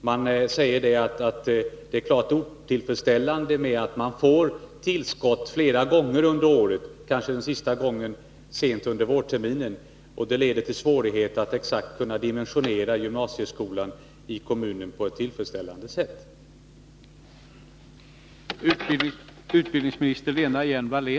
Man säger att det är klart otillfredsställande att man får tillskott flera gånger under året, den sista gången kanske sent under vårterminen, och det leder till svårigheter att på ett tillfredsställande sätt exakt dimensionera gymnasieskolan i kommunen.